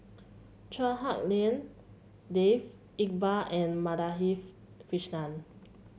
Chua Hak Lien Dave Iqbal and Madhavi Krishnan